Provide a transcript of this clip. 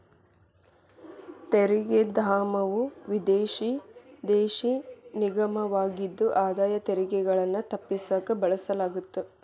ತೆರಿಗೆ ಧಾಮವು ವಿದೇಶಿ ದೇಶ ನಿಗಮವಾಗಿದ್ದು ಆದಾಯ ತೆರಿಗೆಗಳನ್ನ ತಪ್ಪಿಸಕ ಬಳಸಲಾಗತ್ತ